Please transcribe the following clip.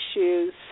issues